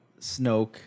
Snoke